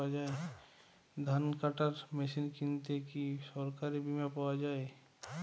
ধান কাটার মেশিন কিনতে কি সরকারী বিমা পাওয়া যায়?